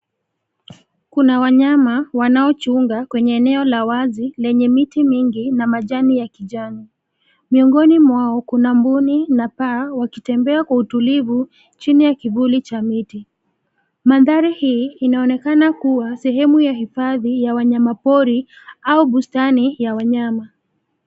Kuna wanyama wanaochunga kwenye eneo la wazi lenye miti mingi na majani ya kijani. Miongoni mwao kuna mbuni na paa wakitembea kwa utulivu chini ya kivuli cha miti. Mandhari hii inaonekana kuwa sehemu ya hifadhi ya wanyama pori au bustani ya wanyama.